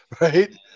right